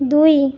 দুই